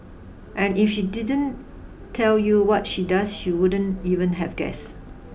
and if she didn't tell you what she does she wouldn't even have guessed